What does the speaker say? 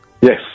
Yes